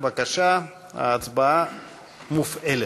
בבקשה, ההצבעה מופעלת.